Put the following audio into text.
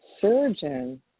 surgeon